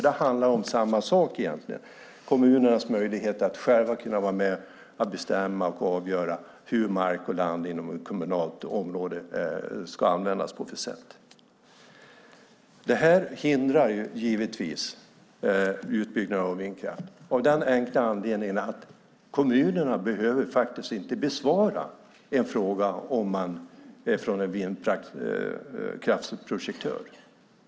Det handlar egentligen om samma sak: kommunernas möjlighet att själva vara med, bestämma och avgöra hur mark och land inom ett kommunalt område ska användas. Detta hindrar givetvis utbyggnaden av vindkraft, av den enkla anledningen att kommunerna inte behöver besvara en fråga från en vindkraftsprojektör.